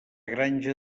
granja